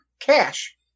cash